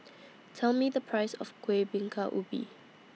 Tell Me The Price of Kuih Bingka Ubi